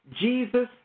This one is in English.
Jesus